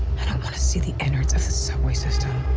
i don't want to see the innards of the subway system.